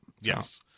Yes